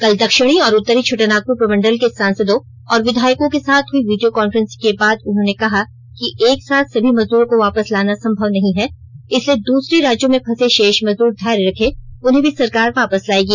कल दक्षिणी और उत्तरी छोटानागपुर प्रमंडल के सांसदों और विधायकों के साथ हुई वीडियो काफ्रेंसिंग के बाद उन्होंने कहा कि एक साथ सभी मजदूरों को वापस लाना संभव नहीं है इसलिए दूसरे राज्यों में फंसे शेष मजदूर धैर्य रखे उन्हें भी सरकार वापस लायेगी